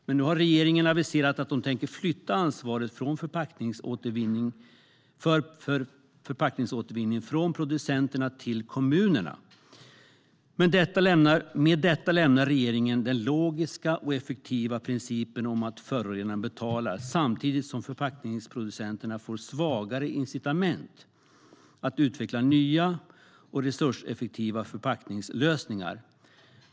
Men nu har regeringen aviserat att de tänker flytta ansvaret för förpackningsåtervinning från producenterna till kommunerna. I och med detta lämnar regeringen den logiska och effektiva principen om att förorenaren betalar, samtidigt som förpackningsproducenterna får svagare incitament att utveckla nya och resurseffektivare förpackningslösningar.